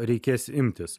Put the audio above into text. reikės imtis